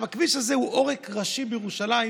הכביש הזה הוא עורק ראשי בירושלים.